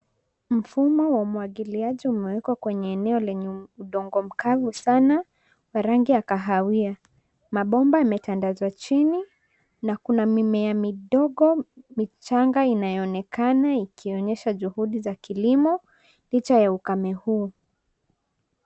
Mfumo wa umwagiliaji umeekwa kwenye udongo mkavu sana wa rangi ya kahawia. Mabomba yametandazwa chini na kuna mimea midogo michanga inayoonekana ikionyesha juhudi za kilimo, licha ya ukame huu.